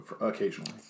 Occasionally